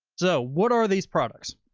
so what are these products?